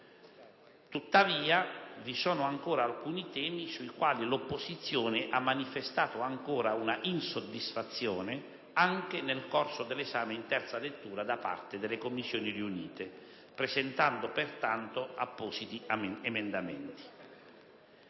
Tuttavia, vi sono alcuni temi sui quali l'opposizione ha manifestato ancora un'insoddisfazione anche nel corso dell'esame in terza lettura da parte delle Commissioni riunite, presentando pertanto appositi emendamenti.